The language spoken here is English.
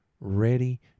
ready